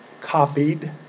copied